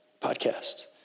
podcast